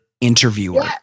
interviewer